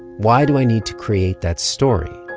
why do i need to create that story?